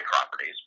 properties